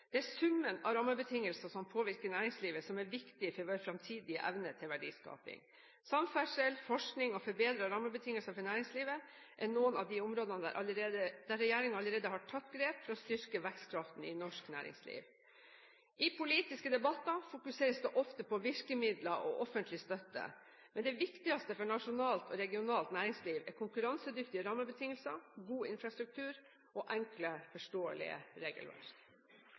Det er summen av rammebetingelsene som påvirker næringslivet, som er viktig for vår fremtidige evne til verdiskaping. Samferdsel, forskning og forbedrede rammebetingelser for næringslivet er noen av de områdene der regjeringen allerede har tatt grep for å styrke vekstkraften i norsk næringsliv. I politiske debatter fokuseres det ofte på virkemidler og offentlig støtte, men det viktigste for nasjonalt og regionalt næringsliv er konkurransedyktige rammebetingelser, god infrastruktur og enkle og forståelige regelverk.